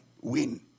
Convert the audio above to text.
win